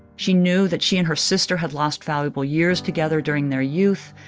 she knew that she and her sister had lost valuable years together during their youth,